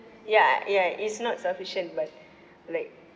ya ya it's not sufficient but like